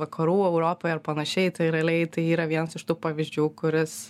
vakarų europoje ir panašiai tai realiai tai yra vienas iš tų pavyzdžių kuris